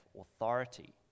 authority